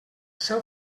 seu